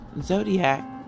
Zodiac